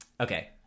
Okay